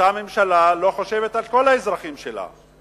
אותה ממשלה לא חושבת על כל האזרחים שלה?